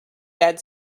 bed